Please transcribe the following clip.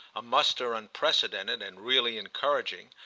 a muster unprecedented and really encouraging,